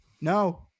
no